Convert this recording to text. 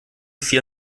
vier